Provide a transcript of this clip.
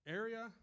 area